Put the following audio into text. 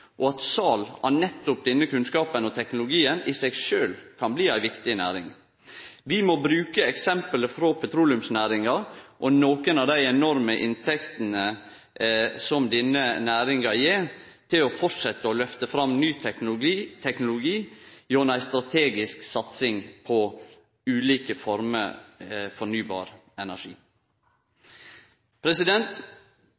og at sal av nettopp denne kunnskapen og teknologien i seg sjølv kan bli ei viktig næring. Vi må bruke eksempelet frå petroleumsnæringa og nokre av dei enorme inntektene som denne næringa gjev, til å halde fram med å lyfte fram ny teknologi gjennom ei strategisk satsing på ulike former for fornybar energi.